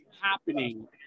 happening